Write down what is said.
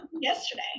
yesterday